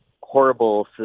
horrible